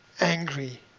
angry